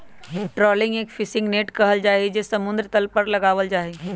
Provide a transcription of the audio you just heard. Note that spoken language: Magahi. ट्रॉलिंग एक फिशिंग नेट से कइल जाहई जो समुद्र तल पर लगावल जाहई